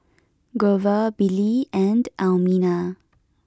Grover Billy and Elmina